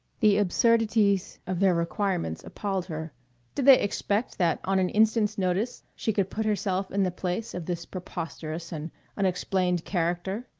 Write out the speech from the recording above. the absurdities of their requirements appalled her did they expect that on an instant's notice she could put herself in the place of this preposterous and unexplained character.